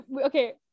okay